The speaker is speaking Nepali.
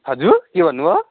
हजुर के भन्नु भयो